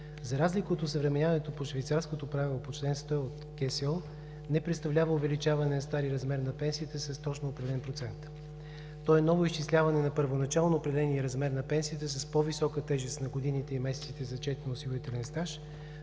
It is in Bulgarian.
за разлика от осъвременяването по Швейцарското правило по чл. 100 от Кодекса за социално осигуряване, не представлява увеличаване стария размер на пенсиите с точно определен процент. Той е ново изчисляване на първоначално определения размер на пенсията с по-висока тежест на годините и месеците, зачетени за осигурителен стаж,